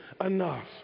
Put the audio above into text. enough